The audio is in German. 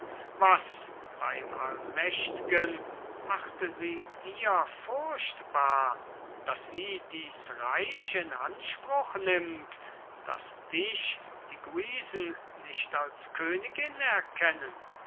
was beim allmächt'gen machte sie dir furchtbar daß sie dies reich in anspruch nimmt daß dich die guisen nicht als königin erkennen